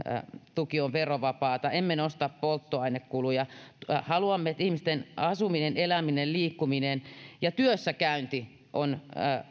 tuki on verovapaata emme nosta polttoainekuluja haluamme että ihmisten asuminen eläminen liikkuminen ja työssäkäynti on